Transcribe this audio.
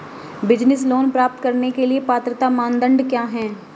Business loan प्राप्त करने के लिए पात्रता मानदंड क्या हैं?